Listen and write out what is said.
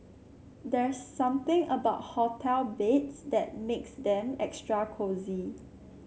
there's something about hotel beds that makes them extra cosy